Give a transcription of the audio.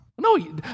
No